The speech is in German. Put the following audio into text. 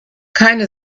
keine